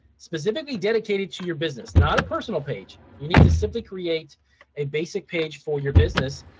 specifically dedicated to your business, not a personal page. you need to simply create a basic page for your business.